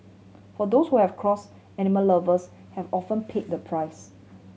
for those who have cross animal lovers have often pay the price